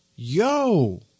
yo